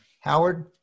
Howard